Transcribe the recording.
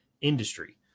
industry